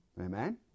Amen